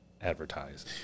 advertise